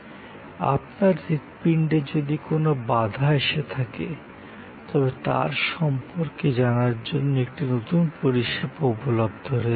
আপনার হৃৎপিন্ডে যদি কোনো বাধা এসে থাকে তবে তার সম্পর্কে জানার জন্য একটি নতুন পরিষেবা উপলব্ধ রয়েছে